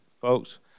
folks